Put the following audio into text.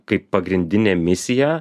kaip pagrindinė misija